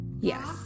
Yes